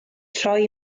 troi